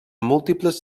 múltiples